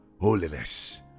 holiness